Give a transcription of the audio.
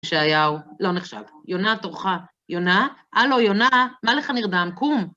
ישעיהו, לא נחשב, יונה תורך. יונה? הלו, יונה? מה לך נרדם? קום.